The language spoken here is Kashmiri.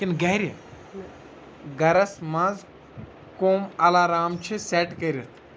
کِنہٕ گرِِ گرس منٛز کٕم الارام چھِ سیٚٹ کٔرِتھ